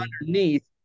underneath